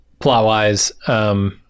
plot-wise